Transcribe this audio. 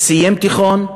סיים תיכון.